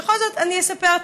בכל זאת, אני אספר.